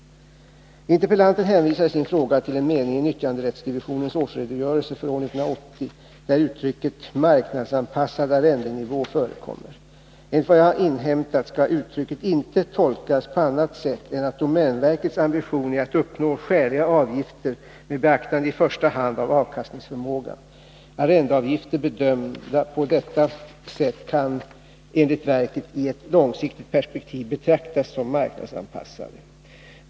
Interpellanten hänvisar i sin fråga till en mening i nyttjanderättsdivisionens årsredogörelse för år 1980, där uttrycket ”marknadsanpassad arrendenivå” förekommer. Enligt vad jag inhämtat skall uttrycket inte tolkas på annat sätt än att domänverkets ambition är att uppnå skäliga avgifter, med beaktande i första hand av avkastningsförmågan. Arrendeavgifter bedömda på detta sätt kan enligt verket i ett långsiktigt perspektiv betraktas som marknadsanpassade.